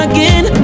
Again